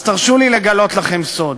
אז תרשו לי לגלות לכם סוד: